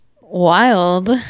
wild